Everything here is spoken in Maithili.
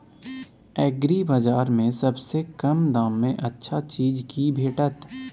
एग्रीबाजार में सबसे कम दाम में अच्छा चीज की भेटत?